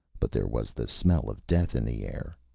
but there was the smell of death in the air,